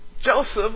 Joseph